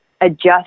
adjust